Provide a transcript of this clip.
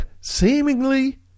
seemingly